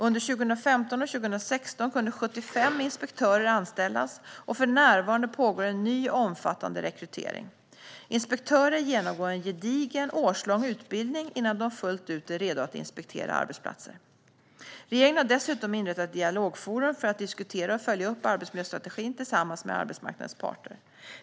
Under 2015 och 2016 kunde 75 inspektörer anställas, och för närvarande pågår en ny omfattande rekrytering. Inspektörer genomgår en gedigen, årslång utbildning innan de fullt ut är redo att inspektera arbetsplatser. Regeringen har dessutom inrättat ett dialogforum för att diskutera och följa upp arbetsmiljöstrategin tillsammans med arbetsmarknadens parter.